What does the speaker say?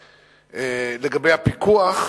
2. לגבי הפיקוח,